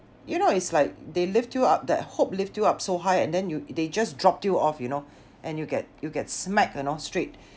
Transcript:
you know it's like they lift you up that hope lift you up so high and then you they just dropped you off you know and you get you get smacked you know straight